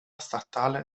statale